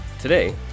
today